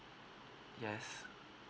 yes